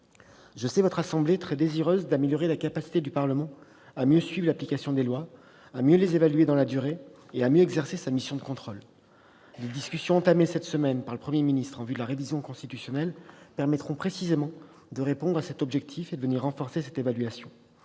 Je sais le Sénat très désireux d'améliorer la capacité du Parlement à suivre l'application des lois, à les évaluer dans la durée, à exercer sa mission de contrôle. Les discussions entamées cette semaine par le Premier ministre en vue de la révision constitutionnelle permettront précisément d'atteindre cet objectif et de renforcer cette évaluation.